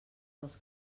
dels